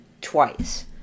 twice